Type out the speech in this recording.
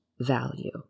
value